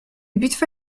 bitwa